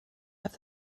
have